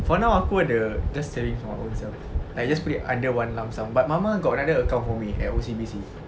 for now aku ada just saving for own selves like just put it under one lump sum but mama got another account for me at O_C_B_C